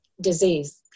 disease